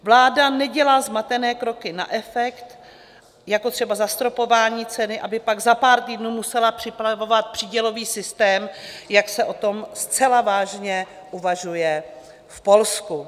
Vláda nedělá zmatené kroky na efekt, jako třeba zastropování ceny, aby pak za pár týdnů musela připravovat přídělový systém, jak se o tom zcela vážně uvažuje v Polsku.